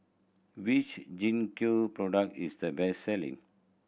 which Gingko product is the best selling